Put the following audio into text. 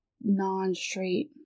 non-straight